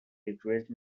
depressed